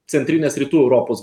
centrinės rytų europos